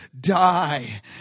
die